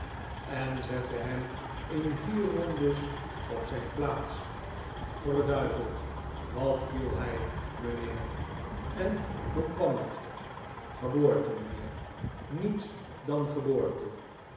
en zette hem in vier rondes op zijn plaats verduiveld wat viel hij mijnheer en hoe kwam het geboorte mijnheer niets dan